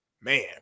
man